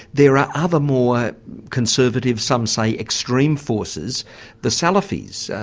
there are other more conservative, some say extreme, forces the salafis.